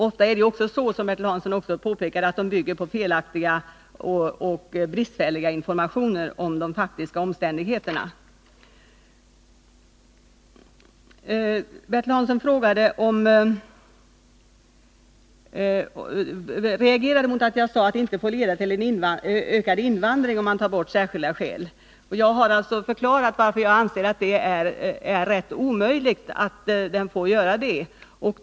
Det är också oftast så, som Bertil Hansson påpekar, att man bygger sin uppfattning på felaktiga och bristfälliga informationer om de faktiska omständigheterna. I sin första fråga reagerade Bertil Hansson mot att jag sade att ett borttagande av regeln om ”särskilda skäl” inte fick leda till ökad invandring. Jag har förklarat varför jag anser att det är rätt omöjligt att ta bort den regeln.